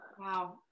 wow